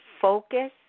focus